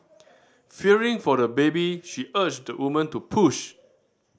fearing for the baby she urged the woman to push